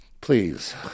Please